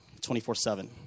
24-7